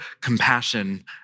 compassion